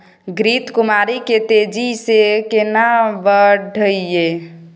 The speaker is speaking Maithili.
घृत कुमारी के तेजी से केना बढईये?